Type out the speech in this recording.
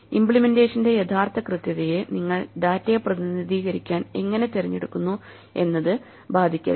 ഇമ്പ്ലിമെന്റേഷന്റെ യഥാർത്ഥ കൃത്യതയെ നിങ്ങൾ ഡാറ്റയെ പ്രതിനിധീകരിക്കാൻ എങ്ങനെ തിരഞ്ഞെടുക്കുന്നു എന്നത് ബാധിക്കരുത്